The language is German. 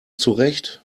zurecht